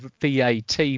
VAT